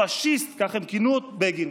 הפשיסט, כך הם כינו את בגין.